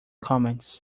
comments